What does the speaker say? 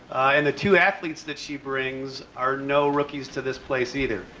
and the two athletes that she brings are no rookies to this place either.